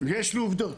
ויש לי עובדות.